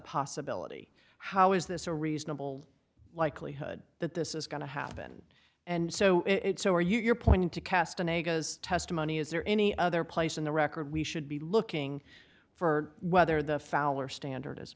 possibility how is this a reasonable likelihood that this is going to happen and so are you you're pointing to cast in a goes testimony is there any other place in the record we should be looking for whether the fowler standard